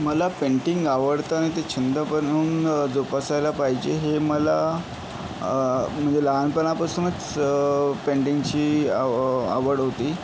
मला पेंटिंग आवडतं आणि ते छंद बनवून जोपासायला पाहिजे हे मला म्हणजे लहानपणापासूनच पेंटिंगची आव आवड होती